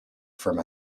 from